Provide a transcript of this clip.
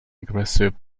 aggressive